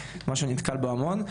משהו שאני נתקל בו המון,